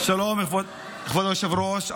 שלום, כבוד היושב-ראש.